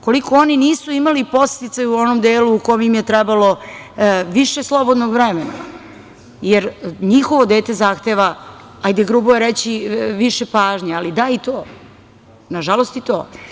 Koliko oni nisu imali podsticaj u onom delu u kome im je trebalo više slobodnog vremena, jer njihovo dete zahteva, hajde, grubo je reći više pažnje, da i to, nažalost i to.